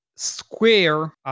Square